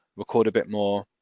record a bit more